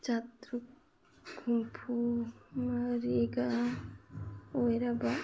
ꯆꯥꯇ꯭ꯔꯨꯛ ꯍꯨꯝꯐꯨ ꯃꯔꯤꯒ ꯑꯣꯏꯔꯕ